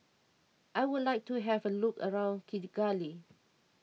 I would like to have a look around Kigali